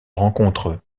rencontre